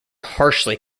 harshly